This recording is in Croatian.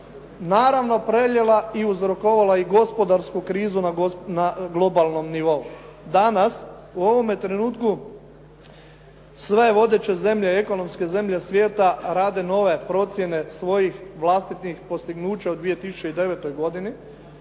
naravno prelijeva i uzrokovala i gospodarsku krizu na globalnom nivou. Danas, u ovome trenutku sve vodeće zemlje, ekonomske zemlje svijeta rade nove procjene svojih vlastitih postignuća u 2009. godini,